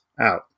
out